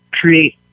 create